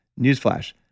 newsflash